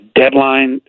deadline